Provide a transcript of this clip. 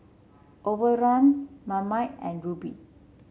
Overrun Marmite and Rubi